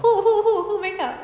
who who who breakup